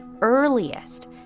earliest